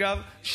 אגב,